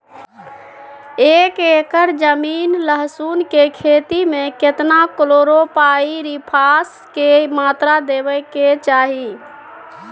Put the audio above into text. एक एकर जमीन लहसुन के खेती मे केतना कलोरोपाईरिफास के मात्रा देबै के चाही?